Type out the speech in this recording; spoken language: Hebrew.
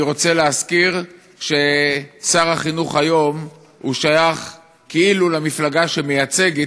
אני רוצה להזכיר ששר החינוך היום שייך כאילו למפלגה שמייצגת,